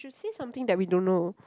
should say something that we don't know